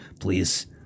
Please